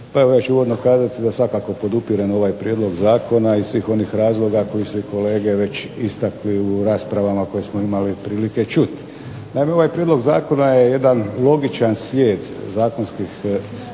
Evo, ja ću uvodno kazati da svakako podupirem ovaj Prijedlog zakona iz svih onih razloga koje su kolege već istakli u raspravama koje smo imali prilike čuti. Naime, ovaj prijedlog zakona je jedan logičan slijed zakonskih prijedloga